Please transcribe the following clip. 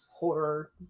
Horror